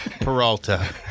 Peralta